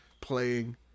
playing